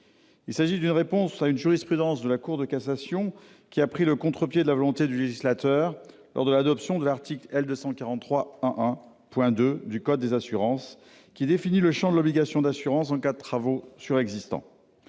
Il s'agit d'une réponse à une jurisprudence de la Cour de cassation. Celle-ci a pris le contre-pied de la volonté du législateur lors de l'adoption de l'article L. 243-1-1, point II, du code des assurances, qui définit le champ de l'obligation d'assurance en cas de travaux sur existant.